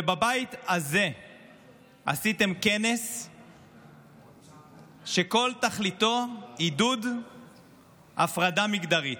בבית הזה עשיתם כנס שכל תכליתו עידוד הפרדה מגדרית.